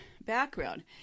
background